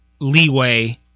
leeway